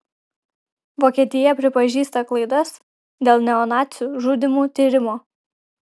vokietija pripažįsta klaidas dėl neonacių žudymų tyrimo